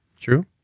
True